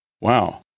wow